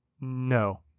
No